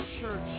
church